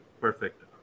Perfect